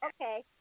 okay